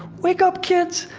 wake up, kids!